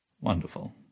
Wonderful